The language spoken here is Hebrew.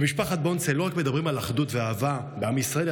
במשפחת בונצל לא רק מדברים על אחדות ואהבה בעם ישראל,